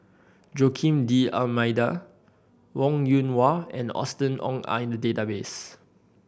Joaquim D'Almeida Wong Yoon Wah and Austen Ong are in the database